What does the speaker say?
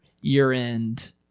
year-end